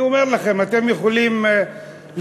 אני אומר לכם, אתם יכולים לחייך,